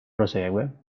prosegue